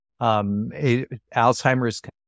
Alzheimer's